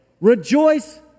rejoice